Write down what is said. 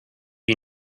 you